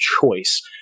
choice